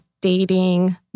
dating